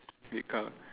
red car